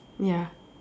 ya